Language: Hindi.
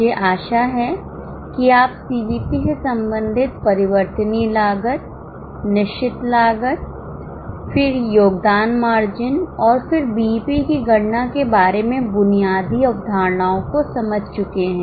मुझे आशा है कि आप सीवीपी से संबंधित परिवर्तनीय लागत निश्चित लागत फिर योगदान मार्जिन और फिर बीईपी की गणना के बारे में बुनियादी अवधारणाओं को समझ चुके हैं